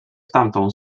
tamtą